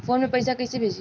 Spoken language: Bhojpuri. फोन से पैसा कैसे भेजी?